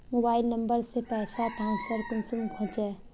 Mobile number से पैसा transfer कुंसम होचे?